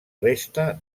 resta